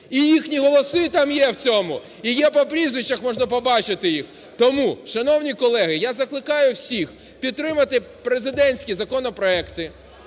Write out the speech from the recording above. І їхні голоси там є в цьому, і по прізвищах можна побачити їх. Тому, шановні колеги, я закликаю всіх підтримати президентські законопроекти.